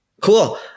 Cool